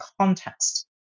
context